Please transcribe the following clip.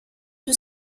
più